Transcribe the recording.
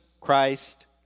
Christ